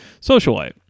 socialite